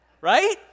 Right